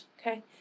okay